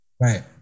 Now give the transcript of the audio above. Right